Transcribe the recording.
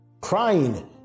crying